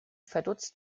verdutzt